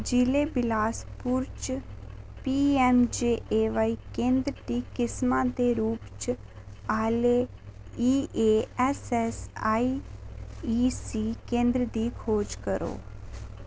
जि'ले बिलासपुर च पीऐम्मजेएवाई केंदर दी किस्मा दे रूप च आह्ले ईएऐस्सऐस्सआईईसी केंदर दी खोज करो